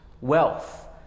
wealth